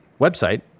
website